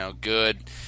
good